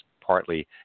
partly